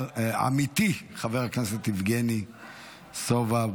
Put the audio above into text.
עמיתי חבר הכנסת יבגני סובה,